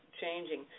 changing